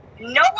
no